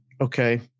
Okay